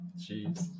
Jeez